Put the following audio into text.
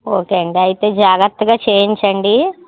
okay అండి అయితే జాగ్రత్తగా చేయించండి